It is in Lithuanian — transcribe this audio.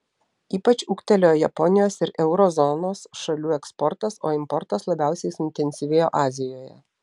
ypač ūgtelėjo japonijos ir euro zonos šalių eksportas o importas labiausiai suintensyvėjo azijoje